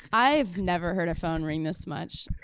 i've never heard a phone ring this much.